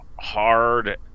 hard